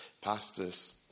pastors